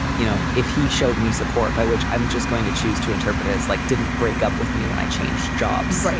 you know, if he showed me support by which i'm just going to choose to interpret, it's like didn't break up with me when i changed jobs. right.